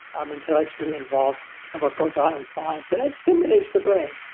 i'm intellectually involved in what goes on in science, and it stimulates the brain.